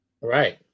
Right